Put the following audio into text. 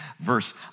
verse